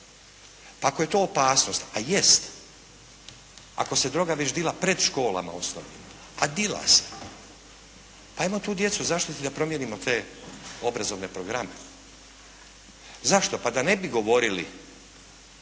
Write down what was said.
Pa ako je to opasnost, a jest, ako se droga već dila pred školama osnovnim a dila se, ajmo tu djecu zaštititi da promijenimo te obrazovne programe. Zašto? Pa da ne bi govorili